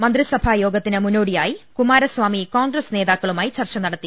മന്ത്രി സഭാ യോഗത്തിന് മുന്നോടിയായി കുമാരസ്വാമി കോൺഗ്രസ് നേതാക്കളു മായി ചർച്ച നടത്തി